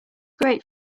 great